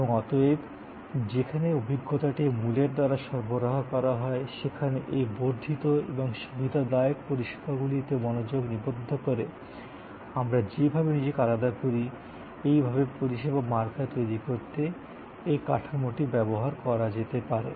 এবং অতএব যেখানে অভিজ্ঞতাটি মূলের দ্বারা সরবরাহ করা হয় সেখানে এই বর্ধিত এবং সুবিধাদায়ক পরিষেবাগুলিতে মনোযোগ নিবদ্ধ করে আমরা যেভাবে নিজেকে আলাদা করি এইভাবে পরিষেবা মার্কা তৈরি করতে এই কাঠামোটি ব্যবহার করা যেতে পারে